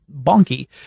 bonky